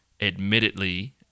admittedly